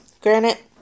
granite